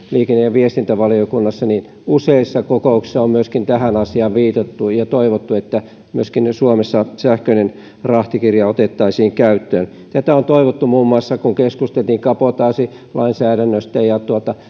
viestintävaliokunnassa että useissa kokouksissa on tähän asiaan viitattu ja toivottu että myös suomessa sähköinen rahtikirja otettaisiin käyttöön tätä on toivottu muun muassa kun keskusteltiin kabotaasilainsäädännöstä ja